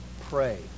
pray